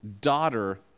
daughter